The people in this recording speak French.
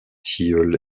tilleul